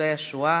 ניצולי השואה,